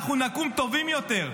נקום טובים יותר.